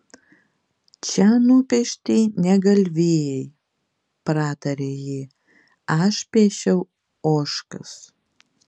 čia nupiešti ne galvijai pratarė ji aš piešiau ožkas